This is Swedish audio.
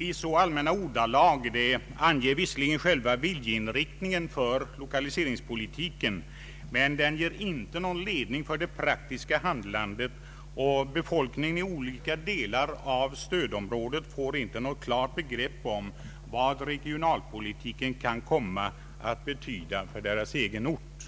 i så allmänna ordalag anger visserligen själva viljeinriktningen för lokaliseringspolitiken men den ger inte någon ledning för det praktiska handlandet, och befolkningen i olika delar av stödområdet får inte något klart begrepp om vad regionalpolitiken kan komma att betyda för deras egen ort.